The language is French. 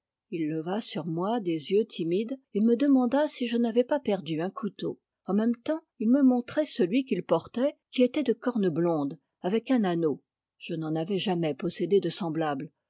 il leva sur moi des yeux timides et me demanda si je n'avais pas perdu un couteau en même temps il me montrait celui qu'il portait qui était de corne blonde avec un anneau je n'en avais jamais possédé de semblable